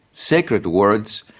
sacred words,